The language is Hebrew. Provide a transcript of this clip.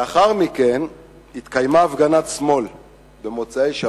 לאחר מכן התקיימה הפגנת שמאל במוצאי-שבת,